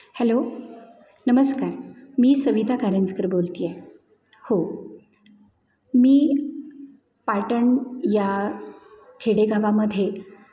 hello नमस्कार मी सुविधा कारंजकर बोलत आहे हो मी पाटण या खेडेगावामध्ये